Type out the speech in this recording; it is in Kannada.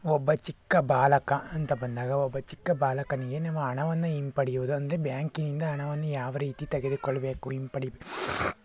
ಒಬ್ಬ ಚಿಕ್ಕ ಬಾಲಕ ಅಂತ ಬಂದಾಗ ಒಬ್ಬ ಚಿಕ್ಕ ಬಾಲಕನಿಗೆ ನಿಮ್ಮ ಹಣವನ್ನು ಹಿಂಪಡೆಯುವುದು ಅಂದರೆ ಬ್ಯಾಂಕಿನಿಂದ ಹಣವನ್ನು ಯಾವ ರೀತಿ ತೆಗೆದ್ಕೊಳ್ಬೇಕು ಹಿಂಪಡಿ